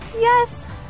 yes